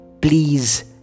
Please